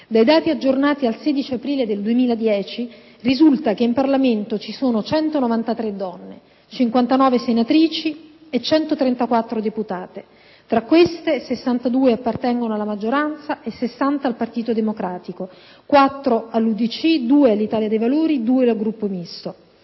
Dai dati aggiornati al 16 aprile 2010, risulta che in Parlamento ci sono 193 donne: 59 senatrici e 134 deputate; tra queste, 62 appartengono alla maggioranza e 60 al Partito Democratico, quattro all'UDC, due all'Italia dei Valori e due al Gruppo Misto.